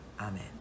Amen